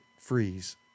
freeze